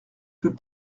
peut